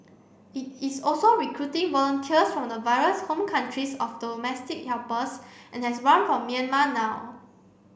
it is also recruiting volunteers from the various home countries of domestic helpers and has one from Myanmar now